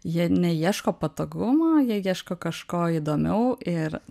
jie neieško patogumo jie ieško kažko įdomiau ir